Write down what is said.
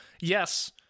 Yes